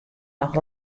noch